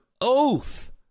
oath